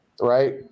right